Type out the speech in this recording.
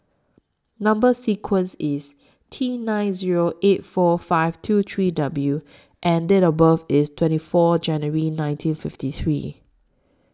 Number sequence IS T nine Zero eight four five two three W and Date of birth IS twenty four January nineteen fifty three